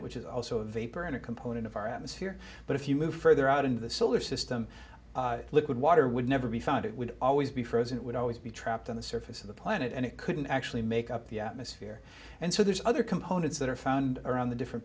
planet which is also a vapor and a component of our atmosphere but if you move further out into the solar system liquid water would never be found it would always be frozen it would always be trapped on the surface of the planet and it couldn't actually make up the atmosphere and so there's other components that are found around the different